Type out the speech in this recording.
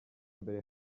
mbere